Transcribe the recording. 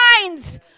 minds